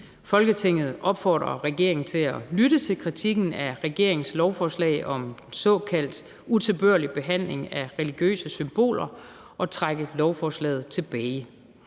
Folketinget opfordrer regeringen til at lytte til kritikken af regeringens lovforslag om såkaldt utilbørlig behandling af religiøse symboler og trække lovforslaget tilbage.